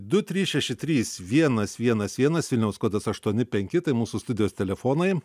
du trys šeši trys vienas vienas vienas vilniaus kodas aštuoni penki tai mūsų studijos telefonai